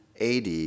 AD